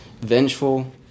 vengeful